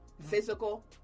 physical